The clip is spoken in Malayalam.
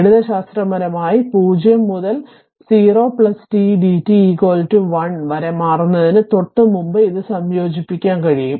ഗണിതശാസ്ത്രപരമായി 0 മുതൽ 0 t d t 1 വരെ മാറുന്നതിന് തൊട്ടുമുമ്പ് ഇത് സംയോജിപ്പിക്കാൻ കഴിയും